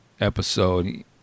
episode